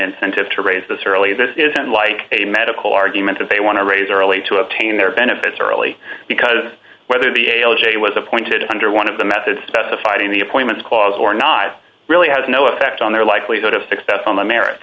incentive to raise this early this isn't like a medical argument that they want to raise early to obtain their benefits early because whether the a l j was appointed under one of the methods specified in the appointments clause or not really has no effect on their likelihood of success on the merit